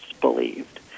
believed